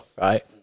right